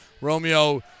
Romeo